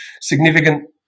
significant